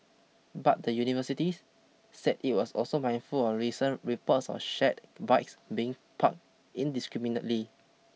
but the university said it was also mindful of recent reports of shared bikes being park indiscriminately